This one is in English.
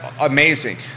amazing